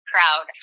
crowd